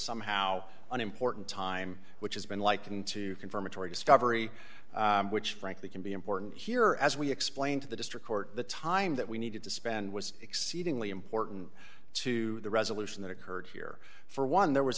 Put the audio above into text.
somehow an important time which has been likened to confirmatory discovery which frankly can be important here as we explain to the district court the time that we needed to spend was exceedingly important to the resolution that occurred here for one there was